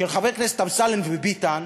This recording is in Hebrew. של חברי כנסת אמסלם וביטן,